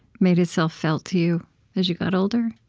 made itself felt to you as you got older?